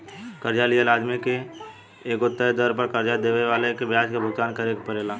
कर्जा लिहल आदमी के एगो तय दर पर कर्जा देवे वाला के ब्याज के भुगतान करेके परेला